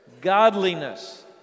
godliness